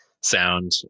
sound